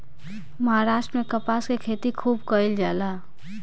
महाराष्ट्र में कपास के खेती खूब कईल जाला